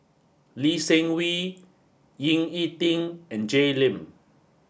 Lee Seng Wee Ying E Ding and Jay Lim